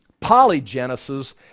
polygenesis